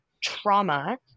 trauma